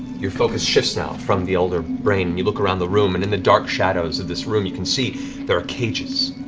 your focus shifts now from the elder brain, and you look around the room, and in the dark shadows of this room, you can see there are cages.